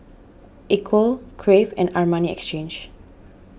Equal Crave and Armani Exchange